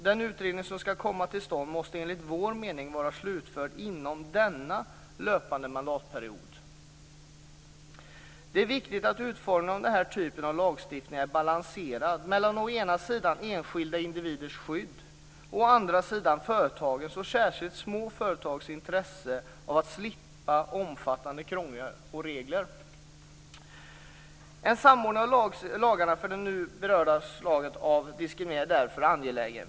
Den utredning som skall komma till stånd måste enligt vår mening vara slutförd inom denna mandatperiod. Det är viktigt att utformningen av den här typen av lagstiftning är balanserad mellan å ena sidan enskilda individers skydd och å andra sidan företagens, och särskilt de små företagens, intresse av att slippa omfattande och krångliga regler. En samordning av lagarna för de nu berörda slagen av diskriminering är därför angeläget.